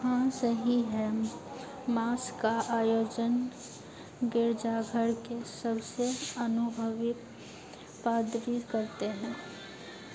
हाँ सही है मास का आयोजन गिरजाघर के सबसे अनुभवी पादरी करते हैं